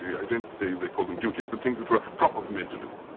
yeah i don't say they call them duties, but things which were proper for men to do,